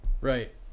Right